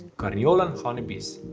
carniolan honey bees.